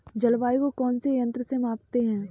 जलवायु को कौन से यंत्र से मापते हैं?